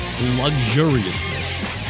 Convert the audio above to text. luxuriousness